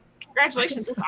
Congratulations